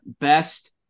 best